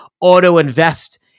auto-invest